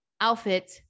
outfit